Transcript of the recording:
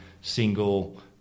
single